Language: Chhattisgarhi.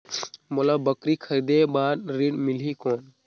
मोला बकरी खरीदे बार ऋण मिलही कौन?